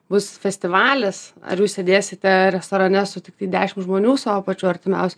bus festivalis ar jūs sėdėsite restorane su tiktai dešimt žmonių savo pačių artimiausių